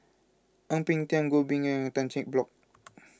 Ang Peng Tiam Goh Bin and Tan Cheng Bock